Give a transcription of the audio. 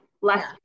less